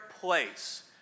place